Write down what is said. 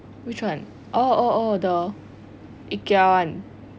which one oh oh oh the ikea one